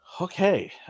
Okay